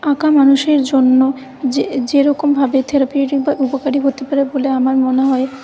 আঁকা মানুষের জন্য যে যেরকমভাবে থেরাপিউটিক বা উপকারী হতে পারে বলে আমার মনে হয়